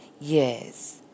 Yes